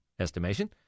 estimation